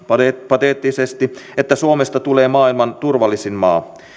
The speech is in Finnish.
pateettisesti että suomesta tulee maailman turvallisin maa